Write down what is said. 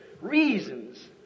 reasons